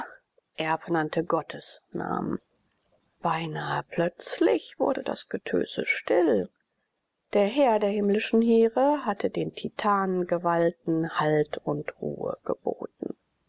nannte gottes namen beinahe plötzlich wurde das getobe still der herr der himmlischen heere hatte den titanengewalten halt und ruhe geboten